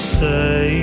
say